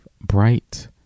bright